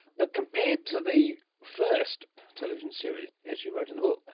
but compared to the first television series, as you wrote in the book, but